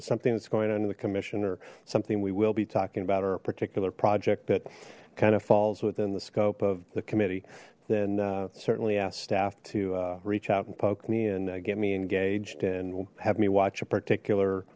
to something that's going on to the commission or something we will be talking about or a particular project that kind of falls within the scope of the committee then certainly ask staff to reach out and poke me and get me engaged and have me watch a particular